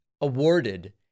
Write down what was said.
awarded